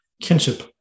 kinship